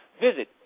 Visit